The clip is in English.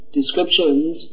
descriptions